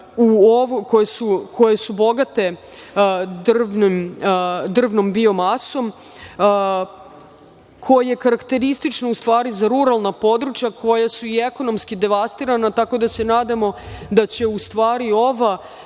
koje su bogate drvnom biomasom, koja je karakteristična za ruralna područja koja su i ekonomski devastirana, tako da se nadamo da će u stvari ova